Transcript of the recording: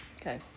Okay